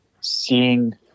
seeing